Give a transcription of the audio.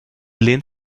lehnt